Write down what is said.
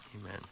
Amen